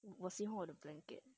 我喜欢我 the blanket